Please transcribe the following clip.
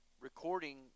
recording